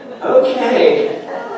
okay